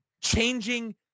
changing